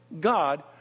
God